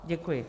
Děkuji.